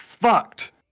fucked